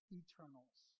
eternals